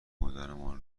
بودنمان